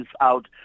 out